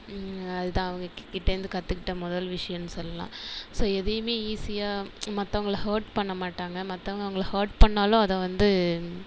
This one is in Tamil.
ம் அது அவங்க கிட்டந்து கற்றுகிட்ட முதல் விஷயம்ன்னு சொல்லலாம் ஸோ எதையுமே ஈசியாக மற்றவங்கள ஹர்ட் பண்ண மாட்டாங்க மற்றவங்க ஹர்ட் பண்ணாலும் அதை வந்து